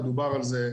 ודובר על זה,